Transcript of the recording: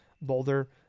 Boulder